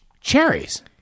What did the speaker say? cherries